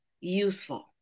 useful